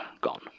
gone